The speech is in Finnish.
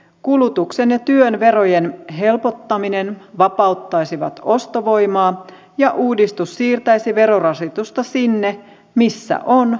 kulutuksen ja työn verojen helpottaminen vapauttaisivat ostovoimaa ja uudistus siirtäisi verorasitusta sinne missä on maksuvoimaa